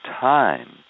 time